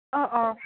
অঁ অঁ